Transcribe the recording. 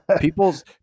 people's